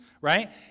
right